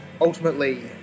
ultimately